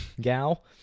gal